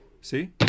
See